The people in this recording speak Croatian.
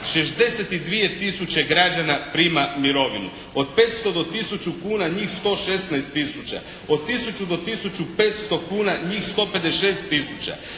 62000 građana prima mirovinu. Od 500 do 1000 kuna njih 116000. Od 1000 do 1500 kuna njih 156000.